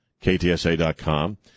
KTSA.com